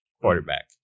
quarterback